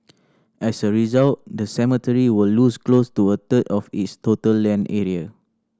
as a result the cemetery will lose close to a third of its total land area